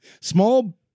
Small